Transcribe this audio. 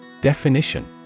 Definition